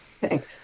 Thanks